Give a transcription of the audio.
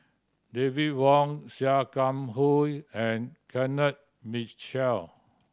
David Wong Sia Kah Hui and Kenneth Mitchell